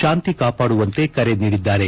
ಶಾಂತಿ ಕಾಪಾಡುವಂತೆ ಕರೆ ನೀಡಿದ್ದಾರೆ